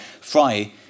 Fry